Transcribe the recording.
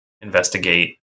investigate